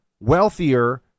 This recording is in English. wealthier